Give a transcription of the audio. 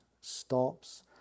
stops